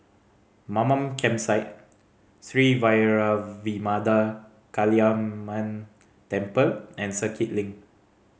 Mamam Campsite Sri Vairavimada Kaliamman Temple and Circuit Link